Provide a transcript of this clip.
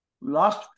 Last